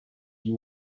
you